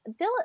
Dylan